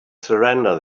surrender